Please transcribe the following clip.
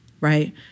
right